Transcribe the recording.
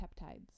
peptides